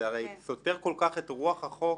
זה הרי סותר כל כך את רוח החוק.